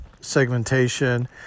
segmentation